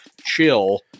Chill